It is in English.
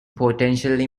potentially